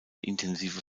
intensive